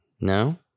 No